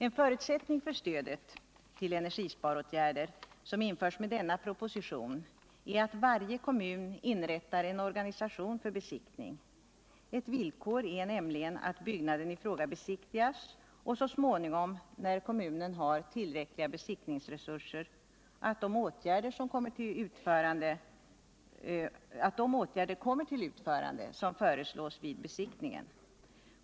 En förutsättning för stödet till energisparåtgärder, som införs om den här propositionen bifalles, är att varje kommun inrättar en organisation för besiktning. Ett villkor är nämligen att byggnaden i fråga besiktigas och så småningom, när kommunen har besiktningsresurser, att de åtgärder kommer att vidtas som föreslås vid besiktningen.